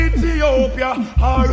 Ethiopia